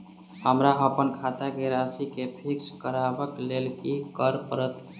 हमरा अप्पन खाता केँ राशि कऽ फिक्स करबाक लेल की करऽ पड़त?